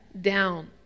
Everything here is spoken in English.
down